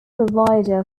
provider